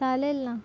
चालेल ना